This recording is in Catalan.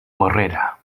porrera